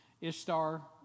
Ishtar